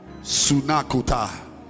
Sunakuta